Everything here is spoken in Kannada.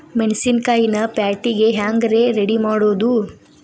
ಮೆಣಸಿನಕಾಯಿನ ಪ್ಯಾಟಿಗೆ ಹ್ಯಾಂಗ್ ರೇ ರೆಡಿಮಾಡೋದು?